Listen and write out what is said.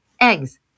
eggs